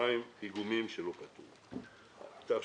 אני אוסיף בסוגריים שהכוונה היא כמובן לפיגומים.